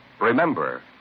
Remember